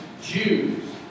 Jews